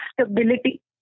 stability